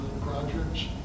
projects